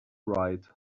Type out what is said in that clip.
right